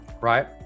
right